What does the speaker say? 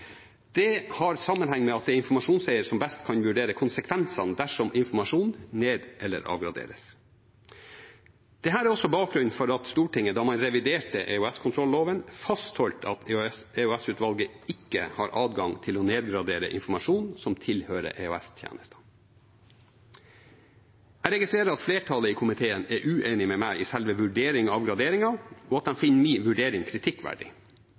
Det har sammenheng med at det er informasjonseieren som best kan vurdere konsekvensene dersom informasjon ned- eller avgraderes. Dette er også bakgrunnen for at Stortinget da man reviderte EOS-kontrolloven, fastholdt at EOS-utvalget ikke har adgang til å nedgradere informasjon som tilhører EOS-tjenestene. Jeg registrerer at flertallet i komiteen er uenig med meg i selve vurderingen av graderingen, og at de finner min vurdering kritikkverdig.